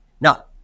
Now